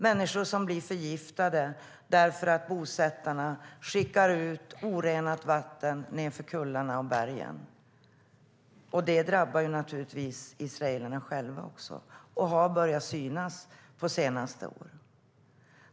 Människor blir förgiftade när bosättarna skickar orenat vatten nedför kullarna och bergen. Det drabbar också israelerna själva, vilket har börjat synas på senare år.